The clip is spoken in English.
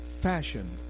fashion